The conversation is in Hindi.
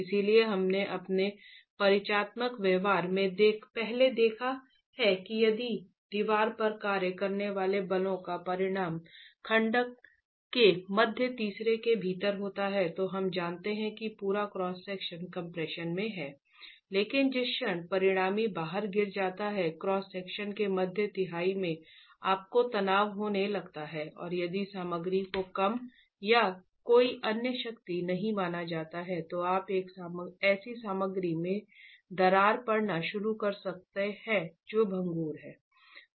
इसलिए हमने अपने परिचयात्मक व्याख्यान में पहले देखा है कि यदि दीवार पर कार्य करने वाले बलों का परिणाम खंड के मध्य तीसरे के भीतर होता है तो हम जानते हैं कि पूरा क्रॉस सेक्शन कम्प्रेशन में है लेकिन जिस क्षण परिणामी बाहर गिर जाता है क्रॉस सेक्शन के मध्य तिहाई में आपको तनाव होने लगता है और यदि सामग्री को कम या कोई तन्य शक्ति नहीं माना जाता है तो आप एक ऐसी सामग्री में दरार पड़ना शुरू कर सकते हैं जो भंगुर है